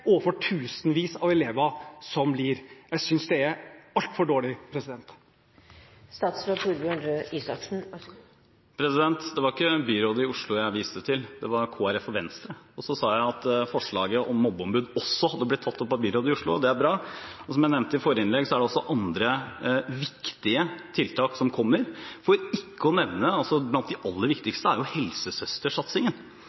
overfor tusenvis av elever som lider. Jeg synes det er altfor dårlig. Det var ikke byrådet i Oslo jeg viste til, det var Kristelig Folkeparti og Venstre, og så sa jeg at forslaget om mobbeombud også var blitt tatt opp av byrådet i Oslo, og det er bra. Som jeg nevnte i forrige innlegg, er det også andre viktige tiltak som kommer, for ikke å nevne at blant de aller